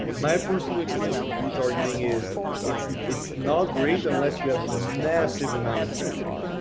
my personal experience with retargeting is it's it's not great unless you have a massive amount of traffic.